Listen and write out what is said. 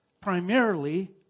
primarily